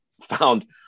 found